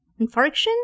Infarction